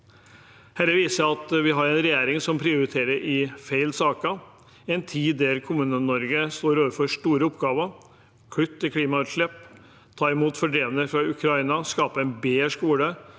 Dette viser at vi har en regjering som prioriterer feil saker. I en tid der Kommune-Norge står overfor store oppgaver – kutt i klimautslipp, å ta imot fordrevne fra Ukraina, å skape en bedre